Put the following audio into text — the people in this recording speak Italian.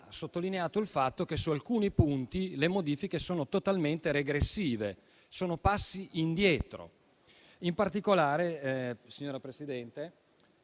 sottolineato il fatto che su alcuni punti le modifiche sono totalmente regressive, sono passi indietro. In particolare, signora Presidente